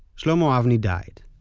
shlomo avni died.